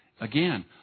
Again